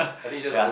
yea